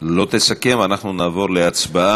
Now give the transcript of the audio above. לא תסכם, אנחנו נעבור להצבעה.